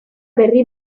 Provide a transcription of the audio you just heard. berri